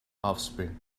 offspring